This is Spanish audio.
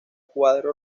cuadro